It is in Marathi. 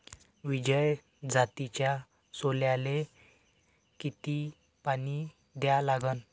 विजय जातीच्या सोल्याले किती पानी द्या लागन?